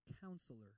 counselor